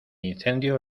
incendio